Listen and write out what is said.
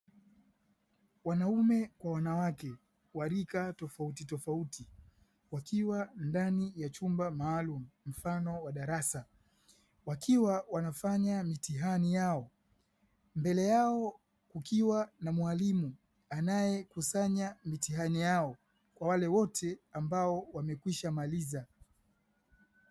Wanaume kwa wanawake wa rika tofautitofauti, wakiwa ndani ya chumba maalumu mfano wa darasa, wakiwa wanafanya mitihani yao. Mbele yao kukiwa na mwalimu anayekusanya mitihani yao kwa wale wote ambao wamekwishamaliza.